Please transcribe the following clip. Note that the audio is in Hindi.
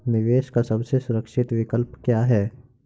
निवेश का सबसे सुरक्षित विकल्प क्या है?